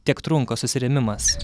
tiek trunka susirėmimas